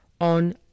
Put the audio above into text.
on